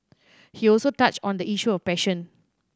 he also touched on the issue of passion